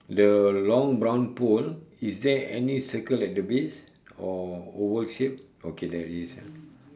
the long brown pole is there any circle at the base or oval shape okay there is ah